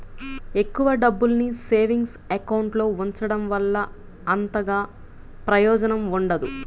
ఎక్కువ డబ్బుల్ని savings account లో ఉంచడం వల్ల అంతగా ప్రయోజనం ఉండదు